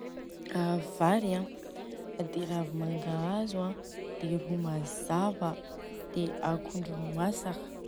Vary an, dia ravimangahazo an, dia ro mazava a, dia akondro masaka.